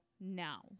now